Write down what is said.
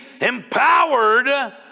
empowered